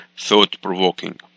thought-provoking